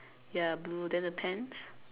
ya blue then the pants